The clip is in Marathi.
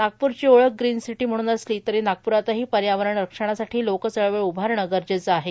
नागपूरची ओळख ग्रीनसिटी म्हणून असली तरी नागप्रातही पर्यावरण रक्षणासाठी लोकचळवळ उभारणं गरजेचं आहे